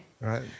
Right